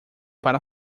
para